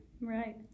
Right